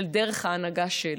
של דרך ההנהגה שלה,